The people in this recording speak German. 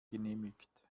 genehmigt